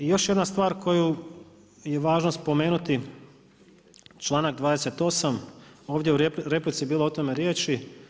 I još jedna stvar koju je važno spomenuti, članak 28. ovdje u replici je bilo o tome riječi.